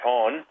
on